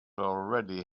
already